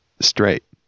straight